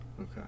Okay